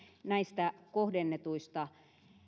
näistä kohdennetuista